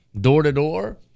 door-to-door